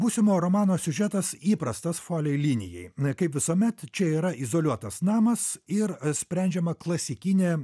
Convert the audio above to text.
būsimo romano siužetas įprastas folei linijai na kaip visuomet čia yra izoliuotas namas ir sprendžiama klasikinė